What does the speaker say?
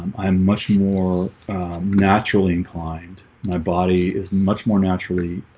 i'm much more naturally inclined my body is much more naturally